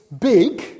big